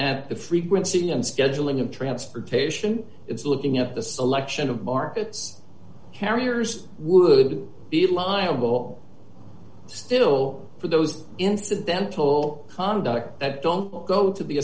at the frequency and scheduling of transportation it's looking at the selection of markets carriers would be liable still for those incidental conduct that don't go to the